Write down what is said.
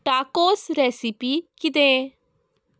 tacos recipe कितें